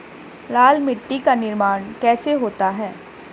लाल मिट्टी का निर्माण कैसे होता है?